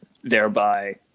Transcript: thereby